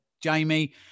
Jamie